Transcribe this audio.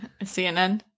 CNN